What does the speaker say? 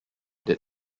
did